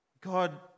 God